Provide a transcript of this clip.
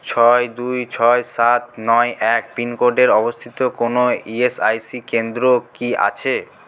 ছয় দুই ছয় সাত নয় এক পিনকোডের অবস্থিত কোনও ইএসআইসি কেন্দ্র কি আছে